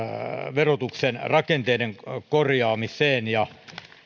verotuksen rakenteiden korjaamiseen ja